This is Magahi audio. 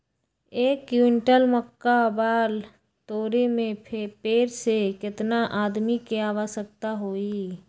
एक क्विंटल मक्का बाल तोरे में पेड़ से केतना आदमी के आवश्कता होई?